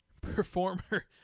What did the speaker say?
performer